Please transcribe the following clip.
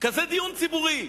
כזה דיון ציבורי,